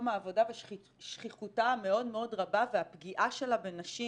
העבודה ושכיחותה המאוד מאוד רבה והפגיעה שלה בנשים